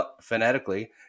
phonetically